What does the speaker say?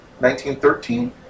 1913